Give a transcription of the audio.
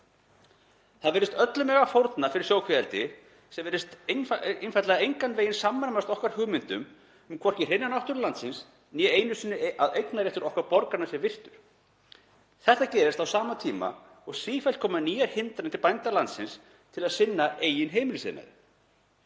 Það virðist öllu mega fórna fyrir sjókvíaeldi sem samræmist einfaldlega engan veginn okkar hugmyndum um hreina náttúru landsins né einu sinni að eignarréttur okkar borgaranna sé virtur. Þetta gerist á sama tíma og sífellt koma nýjar hindranir fyrir bændur landsins til að sinna eigin heimilisiðnaði.